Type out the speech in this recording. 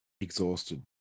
Exhausted